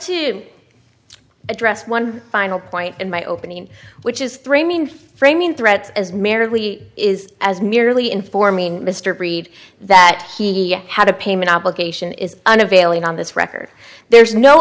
to address one final point in my opening which is three mean framing threats as merely is as merely informing mr breed that he had a payment obligation is unavailing on this record there's no